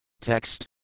Text